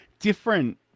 Different